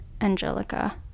Angelica